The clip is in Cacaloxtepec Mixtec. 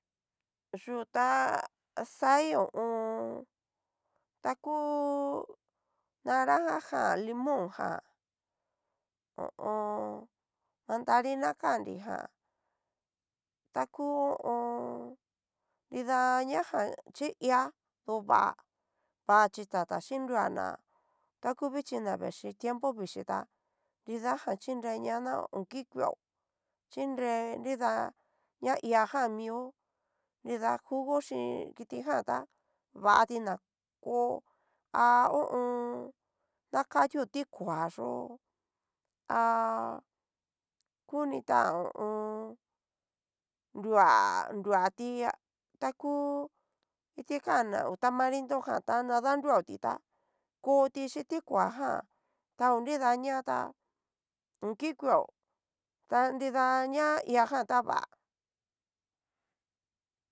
Yu'u tá kai ho o on. taku naranja jan limón jan ho o on. mandarina kanrijan taku ho o n. nrida ña jan chí, i'a to va'a, va xhi tata chinrua ña ta ku vichi ña vaxhí tiemepo vixhí ta nridajan xhinreña na o ki kueo xhire nida ña ihajan mio nrida jugo xhi kitijan tá, vati na koo ha ho o on. na katio ti koa yo'o ha kunitan ho o on. nrua nruati ta ku kitikanna ngu tamarindojan tana danruaoti ta koti xhín ti koajan, tao nrida ña tá o ki kueo ta nrida ña ihajan tá va'a.